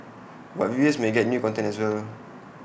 but viewers may get new content as well